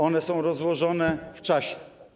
One są rozłożone w czasie.